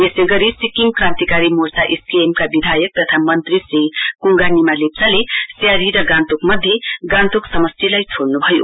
यसै गरी सिक्किम क्रान्तिकारी मोर्चा एसकेएमका विद्याक तथा मन्त्री श्री कुंगा निमा लेप्चाले स्तारी र गान्तोक मध्ये गान्तोक समष्टिलाई छोड्न् भयो